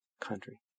country